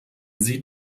sie